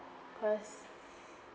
cause